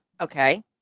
Okay